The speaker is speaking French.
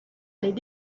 les